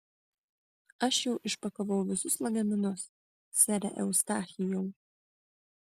aš jau išpakavau visus lagaminus sere eustachijau